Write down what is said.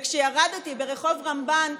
וכשירדתי ברחוב רמב"ן,